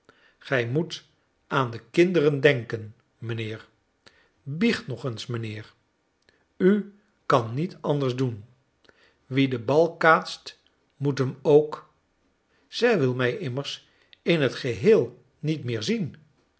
gij moet aan de kinderen denken mijnheer biecht nog eens mijnheer u kan niet anders doen wie den bal kaatst moet hem ook zij wil mij immers in het geheel niet meer zien